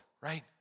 right